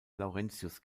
laurentius